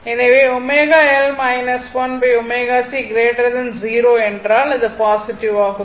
எனவே ωL 1 ωc 0 என்றால் அது பாசிட்டிவ் ஆகும்